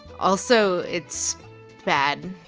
also, it's bad.